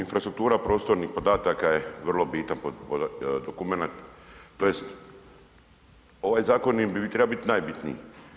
Infrastruktura prostornih podataka je vrlo bitan dokumenat tj. ovaj zakon bi im trebao biti najbitniji.